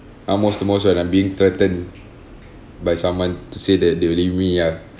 uh most the most when I'm being threatened by someone to say that they will leave me ah